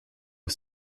aux